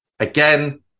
Again